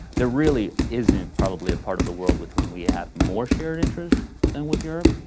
there really isn't probably a part of the world with whom we have more shared interest than with europe,